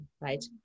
Right